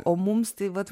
o mums tai vat